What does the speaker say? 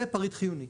זה פריט חיוני.